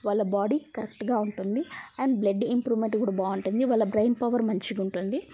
వాళ్ళ బాడీ కరెక్ట్గా ఉంటుంది అండ్ బ్లడ్ ఇంప్రూవ్మెంట్ కూడా బాగుంటుంది వాళ్ళ బ్రెయిన్ పవర్ మంచిగా ఉంటుంది